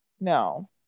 no